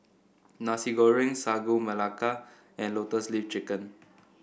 Nasi Goreng Sagu Melaka and Lotus Leaf Chicken